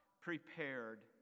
prepared